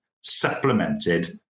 supplemented